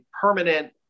permanent